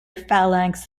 phalanx